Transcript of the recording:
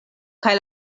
kaj